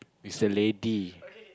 is a lady